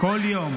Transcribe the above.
כל יום.